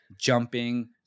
jumping